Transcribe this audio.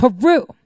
Peru